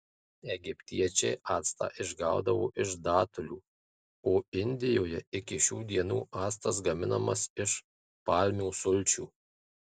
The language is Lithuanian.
egiptiečiai actą išgaudavo iš datulių o indijoje iki šių dienų actas gaminamas iš palmių sulčių